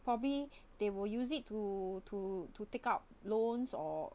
probably they will use it to to to take out loans or